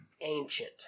ancient